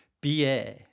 ba